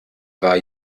war